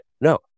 No